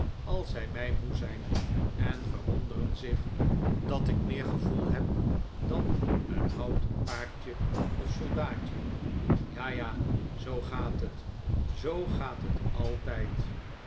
als zij mij moe zijn en verwonderen zidh dat ik meer gevoel heb dan een houten paardje of soldaatje ja ja zoo gaat het zoo gaat het altijd